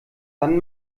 dann